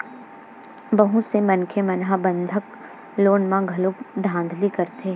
बहुत से मनखे मन ह बंधक लोन म घलो धांधली करथे